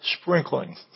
sprinkling